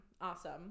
Awesome